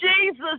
Jesus